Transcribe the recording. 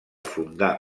fundar